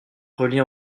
relie